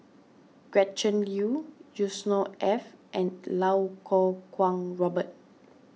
Gretchen Liu Yusnor Ef and Lau Kuo Kwong Robert